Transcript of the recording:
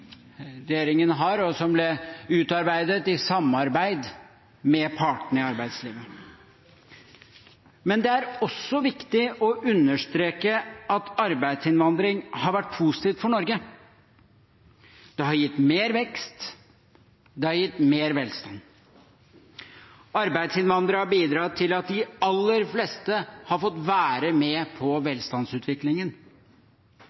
regjeringen har, og som ble utarbeidet i samarbeid med partene i arbeidslivet. Men det er også viktig å understreke at arbeidsinnvandring har vært positivt for Norge. Det har gitt mer vekst. Det har gitt mer velstand. Arbeidsinnvandrere har bidratt til at de aller fleste har fått være med på velstandsutviklingen.